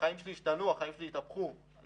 החיים שלי השתנו, החיים של התהפכו ואני